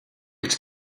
its